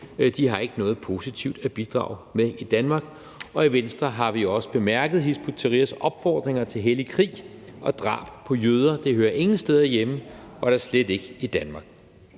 De har ikke noget positivt at bidrage med i Danmark, og i Venstre har vi også bemærket Hizb ut-Tahrirs opfordringer til hellig krig og drab på jøder. Det hører ingen steder hjemme, og da slet ikke i Danmark.